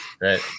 right